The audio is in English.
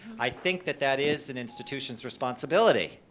i think that that is an institution's responsibility,